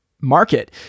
market